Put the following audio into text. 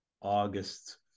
August